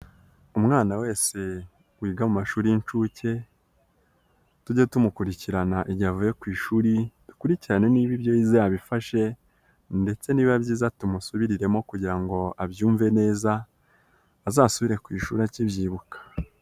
Umwana wese wiga mu amashuri y'inshuke, tujye tumukurikirana igihe avuye ku ishuri dukurikirane niba ibyo yize yabifashe ndetse ni biba byiza tumusubiriremo kugira ngo abyumve neza, azasubire ku ishuri akibyibuka.